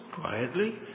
quietly